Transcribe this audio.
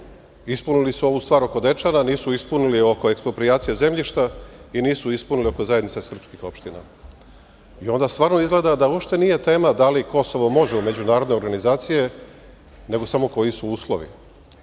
Ispunili su ovu stvar oko Dečana, nisu ispunili oko eksproprijacije zemljišta i nisu ispunili oko ZSO. Onda stvarno izgleda da uopšte nije tema da li Kosovo može u međunarodne organizacije, nego samo koji su uslovi. Ako